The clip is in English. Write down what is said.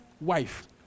wife